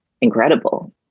incredible